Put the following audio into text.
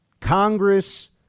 Congress